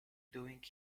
doing